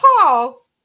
Paul